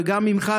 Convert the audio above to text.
וגם ממך,